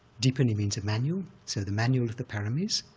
dipani means a manual, so the manual of the paramis,